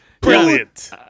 brilliant